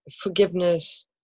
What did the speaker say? forgiveness